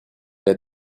let